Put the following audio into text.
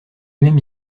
même